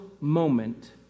moment